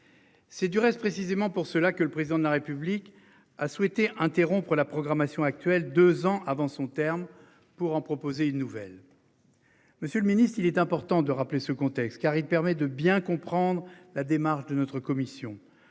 C'est du reste précisément pour cela que le président de la République a souhaité interrompre la programmation actuelle 2 ans avant son terme pour en proposer une nouvelle. Monsieur le Ministre, il est important de rappeler ce contexte car il permet de bien comprendre la démarche de notre commission.